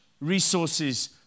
resources